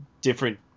different